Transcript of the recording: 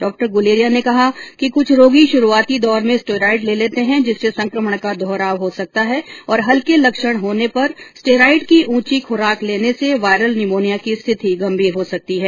doctor Guleria ने कहा कि कुछ रोगी शुरूआती दौर में स्टेरायड लेते हैं जिससे संक्रमण का दोहराव हो सकता है और हल्के लक्षण होर्न पर स्टेरायड की ऊँची खुराक लेने से वायरल न्युमोनिया की स्थिति गंभीर हो सकती है